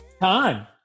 time